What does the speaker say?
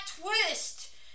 twist